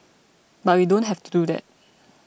but we don't have to do that